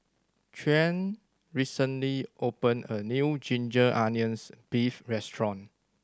Tyquan recently opened a new ginger onions beef restaurant